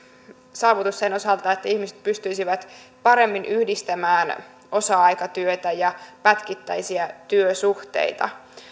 saavutus sen osalta että ihmiset pystyisivät paremmin yhdistämään osa aikatyötä ja pätkittäisiä työsuhteita